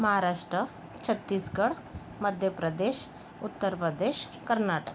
Maharashtra Chhattisgarh Madhya Pradesh Uttar Pradesh Karnataka